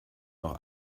noch